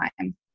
time